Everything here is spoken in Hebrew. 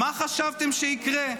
מה חשבתם שיקרה?